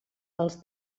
els